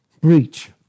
breach